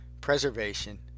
preservation